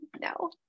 No